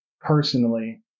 personally